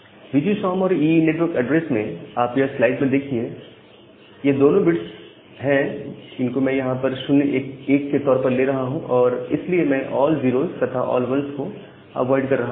we G S O M और EE network address में आप यह स्लाइड में देखिए यह दोनों जो बिट्स हैं इनको मैं यहां पर 01 के तौर पर ले रहा हूं और इसलिए मैं ऑल 0s तथा ऑल 1s को अवॉइड कर रहा हूं